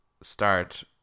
start